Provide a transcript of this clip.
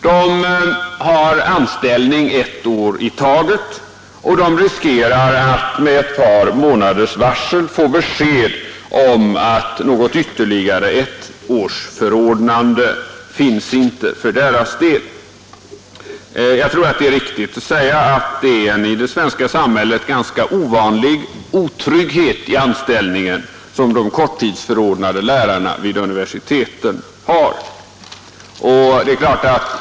De har anställning ett år i taget och riskerar att med ett par månaders varsel få besked om att något ytterligare ettårsförordnande inte finns för deras del. Jag tror att det är riktigt att säga att det är en i det svenska samhället ganska ovanlig otrygghet i anställningen som de korttidsförordnade lärarna vid universiteten har.